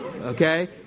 Okay